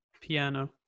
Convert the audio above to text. Piano